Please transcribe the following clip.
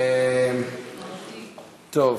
הצבעה.